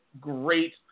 great